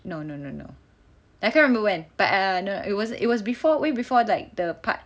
no no no no I can't remember when err no it wasn't it was before way before like the part